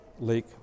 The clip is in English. lake